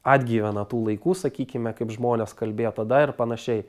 atgyvena tų laikų sakykime kaip žmonės kalbėjo tada ir panašiai